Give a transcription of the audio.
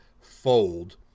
fold